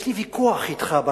אני אומר שיש לי ויכוח אתך בעניין,